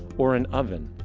or an oven,